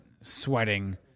sweating